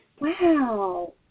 Wow